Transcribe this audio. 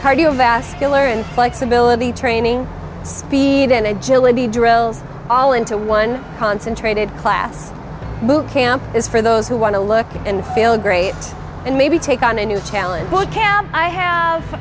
cardiovascular and flexibility training speed and agility drills all into one concentrated class boot camp is for those who want to look and feel great and maybe take on a new challenge